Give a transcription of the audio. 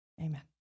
Amen